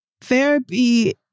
Therapy